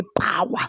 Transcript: power